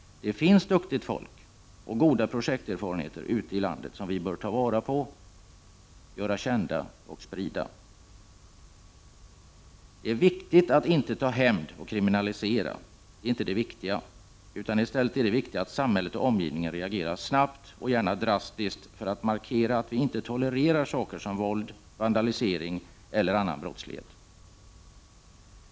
Det finns duktigt folk och goda projekterfarenheter ute i landet, som vi bör ta vara på, göra kända och sprida. Det viktiga är inte att ta hämnd och kriminalisera, utan i stället är det viktiga att samhället och omgivningen reagerar snabbt och gärna drastiskt, för att markera att vi inte tolererar saker som våld, vandalisering eller annan brottslighet.